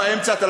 אנחנו